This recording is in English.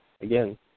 Again